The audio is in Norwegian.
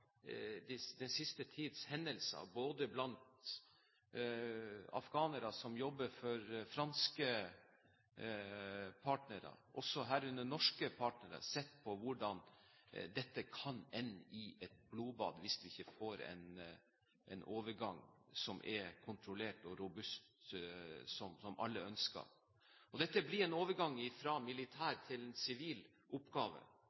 den siste tids hendelser blant afghanere, som jobber for franske partnere, og også norske partnere, sett hvordan dette kan ende i et blodbad hvis vi ikke får en overgang som er kontrollert og robust, slik som alle ønsker. Dette blir en overgang fra en militær til en sivil oppgave,